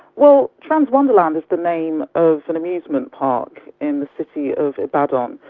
well, transwonderland is the name of an amusement park in the city of ibadan, um